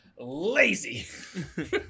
lazy